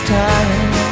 time